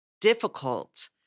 difficult